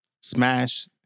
smash